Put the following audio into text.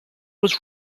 was